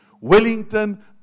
Wellington